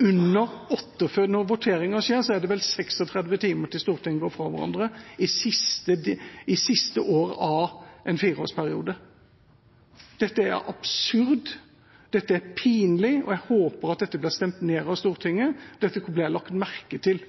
under 48 timer – når voteringen skjer, er det vel 36 timer – før Stortinget går fra hverandre, i siste år av en fireårsperiode. Dette er absurd, dette er pinlig, og jeg håper at det blir stemt ned av Stortinget. Dette blir lagt merke til.